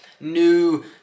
new